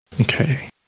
Okay